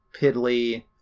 piddly